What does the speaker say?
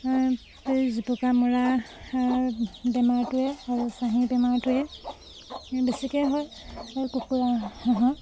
এই জুপুকা মৰা বেমাৰটোৱে আৰু চাহী বেমাৰটোৱে বেছিকৈ হয় আৰু কুকুৰা হাঁহৰ